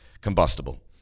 combustible